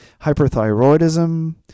hyperthyroidism